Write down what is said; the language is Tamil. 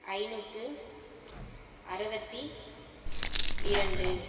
ஐநூற்று அறுவத்தி இரண்டு